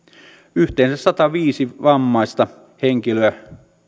yhteensä sataviisi vammaista henkilöä